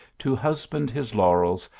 to husband his laurels,